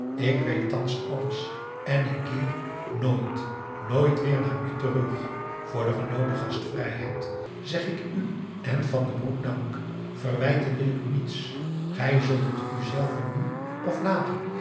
ik weet thans alles en ik keer nooit nooit weer naar u terug voor de genoten gastvrijheid zeg ik u en van den broek dank verwijten wil ik u niets gij zult het u zelven nu of later